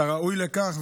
אתה ראוי לכך,